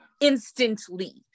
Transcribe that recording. instantly